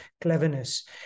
cleverness